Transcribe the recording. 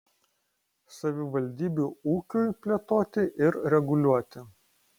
savivaldybių ūkiui plėtoti ir reguliuoti